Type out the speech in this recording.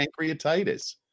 pancreatitis